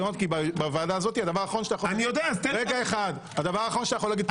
כי בוועדה הזאת הדבר האחרון שאתה יכול להגיד זה סתימת פיות.